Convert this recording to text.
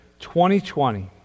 2020